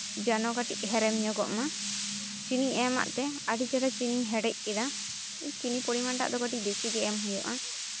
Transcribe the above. ᱡᱮᱱᱚ ᱠᱟᱹᱴᱤᱡ ᱦᱮᱲᱮᱢ ᱧᱚᱜᱚᱜ ᱢᱟ ᱪᱤᱱᱤᱧ ᱮᱢᱟᱫ ᱛᱮ ᱟᱹᱰᱤ ᱪᱮᱦᱨᱟ ᱪᱤᱱᱤᱧ ᱦᱮᱰᱮᱡ ᱠᱮᱫᱟ ᱪᱤᱱᱤ ᱯᱚᱨᱤᱢᱟᱱᱴᱟᱜ ᱫᱚ ᱠᱟᱹᱴᱤᱡ ᱵᱮᱥᱤ ᱜᱮ ᱮᱢ ᱦᱩᱭᱩᱜᱼᱟ